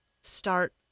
start